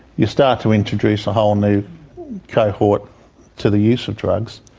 you start to introduce a whole new cohort to the use of drugs,